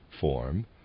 form